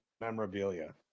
Memorabilia